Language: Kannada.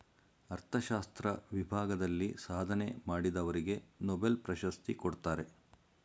ಅರ್ಥಶಾಸ್ತ್ರ ವಿಭಾಗದಲ್ಲಿ ಸಾಧನೆ ಮಾಡಿದವರಿಗೆ ನೊಬೆಲ್ ಪ್ರಶಸ್ತಿ ಕೊಡ್ತಾರೆ